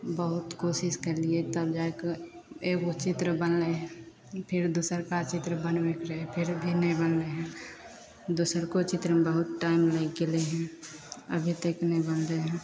बहुत कोशिश करलिए तब जाके एगो चित्र बनलै फिर दोसरका चित्र बनबैके रहै फिर भी नहि बनलै हँ दोसरको चित्रमे बहुत टाइम लागि गेलै हँ अभी तक नहि बनलै हँ